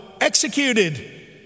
executed